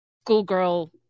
schoolgirl